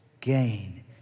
gain